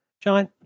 John